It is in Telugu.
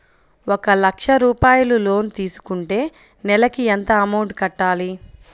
ఒక లక్ష రూపాయిలు లోన్ తీసుకుంటే నెలకి ఎంత అమౌంట్ కట్టాలి?